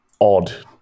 odd